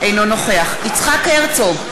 אינו נוכח יצחק הרצוג,